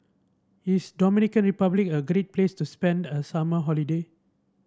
is Dominican Republic a great place to spend a summer holiday